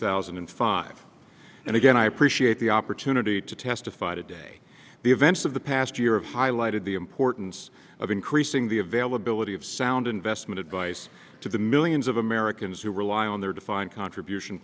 thousand and five and again i appreciate the opportunity to testify today the events of the past year of highlighted the importance of increasing the availability of sound investment advice to the millions of america as who rely on their defined contribution